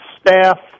staff